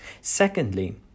Secondly